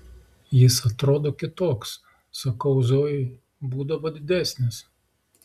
jis atrodo kitoks sakau zojai būdavo didesnis